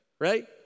right